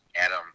Adam